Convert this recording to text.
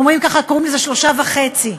קוראים לזה שלושה וחצי.